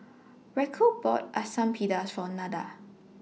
Racquel bought Asam Pedas For Nada